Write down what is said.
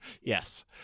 yes